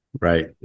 Right